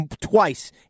twice